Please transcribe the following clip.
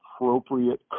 appropriate